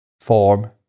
form